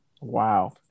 wow